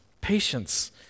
patience